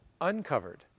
uncovered